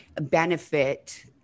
benefit